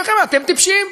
אתם טיפשים.